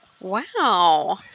Wow